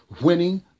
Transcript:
winning